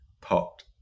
pot